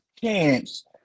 chance